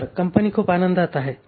तर कंपनी खूप आनंदित आहे